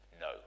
no